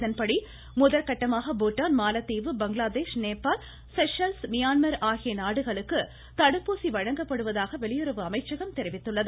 இதன்படி முதற்கட்டமாக பூடான் மாலத்தீவு பங்களாதேஷ் நேபாளம் ஷெஷல்ஸ் மியான்மர் ஆகிய நாடுகளுக்கு தடுப்பூசி வழங்கப்படுவதாக வெளியுறவு அமைச்சகம் தெரிவித்துள்ளது